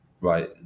right